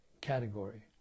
category